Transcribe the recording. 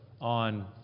on